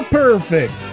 perfect